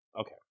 Okay